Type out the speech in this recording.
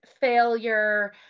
failure